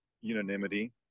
unanimity